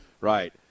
right